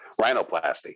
rhinoplasty